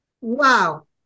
Wow